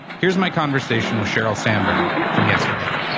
here's my conversation with sheryl sandberg from yesterday.